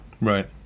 Right